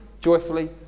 joyfully